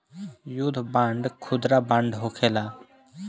युद्ध बांड खुदरा बांड होखेला